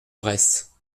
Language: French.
bresse